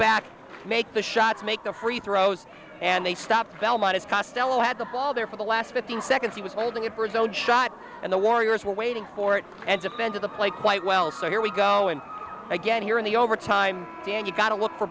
back make the shots make the free throws and they stopped the belmont as costello had the ball there for the last fifteen seconds he was holding it for a zone shot and the warriors were waiting for it and defended the play quite well so here we go in again here in the overtime dan you've got to look for